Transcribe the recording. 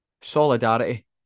Solidarity